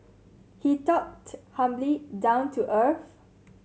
he talked humbly down to earth